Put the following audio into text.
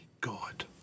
God